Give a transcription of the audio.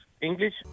English